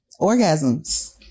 orgasms